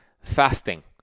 Fasting